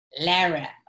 lara